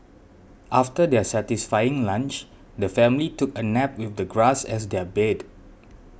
after their satisfying lunch the family took a nap with the grass as their bed